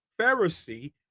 Pharisee